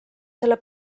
selle